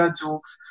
jokes